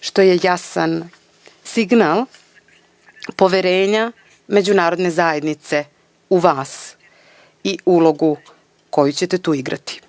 što je jasan signal poverenja međunarodne zajednice u vas i ulogu koju ćete tu igrati.